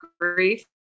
grief